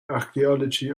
archaeology